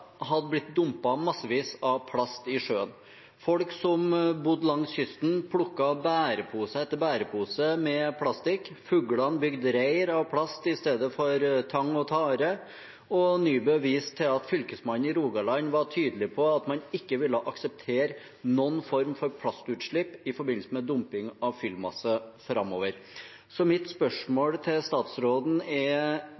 hadde blitt dumpet massevis av plast i sjøen. Folk som bodde langs kysten, plukket opp bærepose etter bærepose med plastikk, fuglene bygget reir av plast i stedet for av tang og tare, og Nybø viste til at Fylkesmannen i Rogaland var tydelig på at man ikke ville akseptere noen form for plastutslipp i forbindelse med dumping av fyllmasse framover. Så mitt